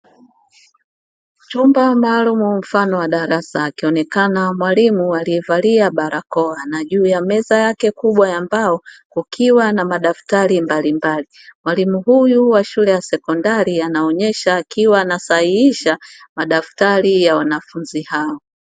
Chumba maalum mfano wa darasa, akionekana mwalimu aliyevalia barakoa, na juu ya meza yake kubwa ya mbao, kukiwa na madaftari mbalimbali. Mwalimu huyu wa shule ya sekondari anaonyesha akiwa anasahiihisha madaftari ya wanafunzi hao.